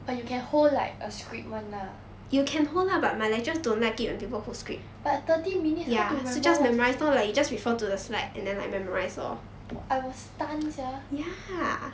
but you can hold like a script [one] lah but thirty minutes how to remember what to say I will stun sia ya